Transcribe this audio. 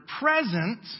present